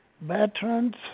veterans